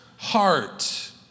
heart